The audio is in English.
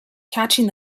catching